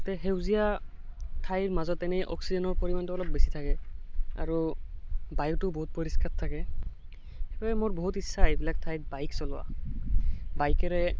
তাতে সেউজীয়া ঠাইৰ মাজত তেনে অক্সিজেনৰ পৰিমাণটো অলপ বেছি থাকে আৰু বায়ুটো বহুত পৰিষ্কাৰ থাকে সেইবাবে মোৰ বহুত ইচ্ছা এইবিলাক ঠাইত বাইক চলোৱা বাইকেৰে